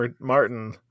Martin